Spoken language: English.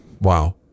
Wow